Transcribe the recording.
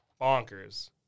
Bonkers